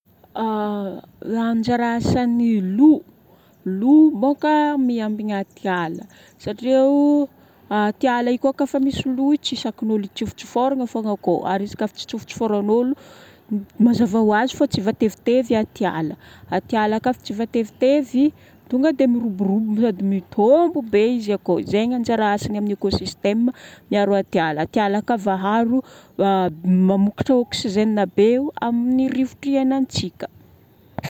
Anjara asan'ny loup. Loup boka miambina atiala satria atiala io koafa misy loup, tsy sakin'olo itsofotsofôragna fogna koa ary izy ka tsy itsofotsofôragn'olo, mazava ho azy fa tsy voatevitevy atiala. Atiala koafa tsy voatevitevy, tonga dia miroborobo sady mitombo be izy akao. Zegny anjara asany amin'ny écosystème, miaro atiala. Atiala ka voaaro, mamokatra oxygène be io amin'ny rivotra iainantsika.